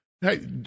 hey